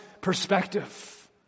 perspective